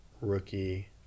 rookie